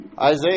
Isaiah